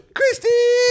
Christy